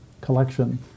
collection